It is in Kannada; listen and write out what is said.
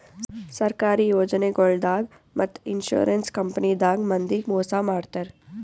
ಸರ್ಕಾರಿ ಯೋಜನಾಗೊಳ್ದಾಗ್ ಮತ್ತ್ ಇನ್ಶೂರೆನ್ಸ್ ಕಂಪನಿದಾಗ್ ಮಂದಿಗ್ ಮೋಸ್ ಮಾಡ್ತರ್